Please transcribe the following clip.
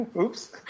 Oops